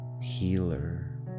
Healer